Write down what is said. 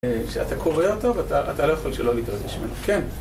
כשאתה קורא אותו, אתה לא יכול שלא להתרגש ממנו.